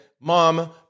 mom